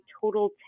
total